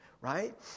Right